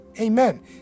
Amen